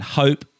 hope